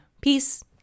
Peace